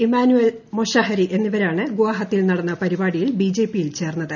Emmanuel Mochahary എന്നിവരാണ് ഗുവാഹത്തിയിൽ നടന്ന പരിപാടിയിൽ ബിജെപിയിൽ ചേർന്നത്